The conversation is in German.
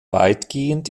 weitgehend